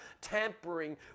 tampering